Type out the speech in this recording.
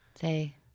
say